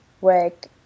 work